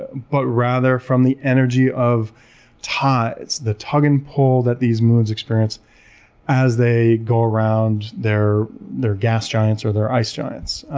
but rather from the energy of tides, the tug and pull that these moons experience as they go around their their gas giants or their ice giants.